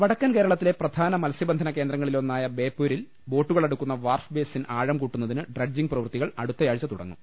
വടക്കൻ കേരളത്തിലെ പ്രധാന മത്സ്യബന്ധന കേന്ദ്രങ്ങളി ലൊന്നായ ബേപ്പൂരിൽ ബോട്ടുകളടുക്കുന്ന വാർഫ് ബേസിൻ ആഴം കൂട്ടുന്നതിന് ഡ്രഡ്ജിങ് പ്രവൃത്തികൾ അടുത്തയാഴ്ച തുട ങ്ങും